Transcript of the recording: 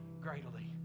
greatly